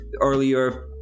earlier